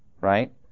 right